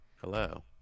Hello